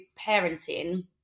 parenting